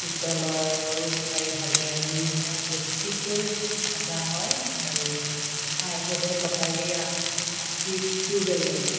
পিতলৰো কটাৰী সাজে লোৰ পৰা বেছিকৈ সজা হয় আৰু ঠাই ভেদে কটাৰীৰ আ আকৃতিটো বেলেগ